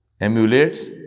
emulates